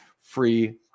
free